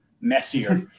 messier